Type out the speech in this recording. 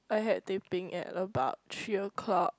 I had Teh-Ping at about three O-clock